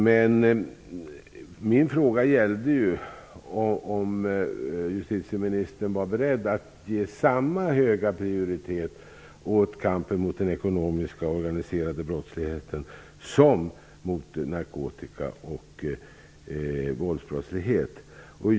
Men min fråga gällde ju om justitieministern var beredd att ge samma höga prioritet åt kampen mot den ekonomiska och organiserade brottsligheten som mot narkotika och våldsbrottsligheten.